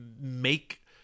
make